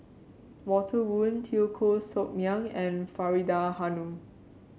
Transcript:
Walter Woon Teo Koh Sock Miang and Faridah Hanum